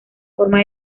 forma